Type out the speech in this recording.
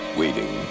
waiting